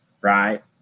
right